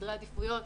סדרי עדיפויות,